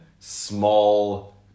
small